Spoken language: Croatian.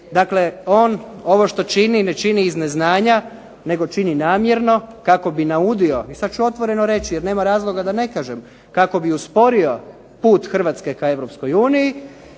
Dakle, on ovo što čini ne čini iz neznanja, nego čini namjerno kako bi naudio i sad ću otvoreno reći jer nema razloga da ne kažem kako bi usporio put Hrvatske ka